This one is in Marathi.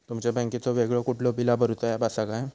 तुमच्या बँकेचो वेगळो कुठलो बिला भरूचो ऍप असा काय?